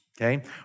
Okay